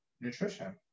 nutrition